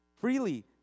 freely